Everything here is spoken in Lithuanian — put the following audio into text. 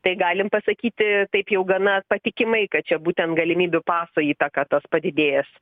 tai galim pasakyti taip jau gana patikimai kad čia būtent galimybių paso įtaka tas padidėjęs